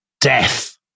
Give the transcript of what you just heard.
death